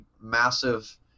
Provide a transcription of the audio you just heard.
massive